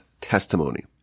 testimony